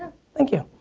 thank you.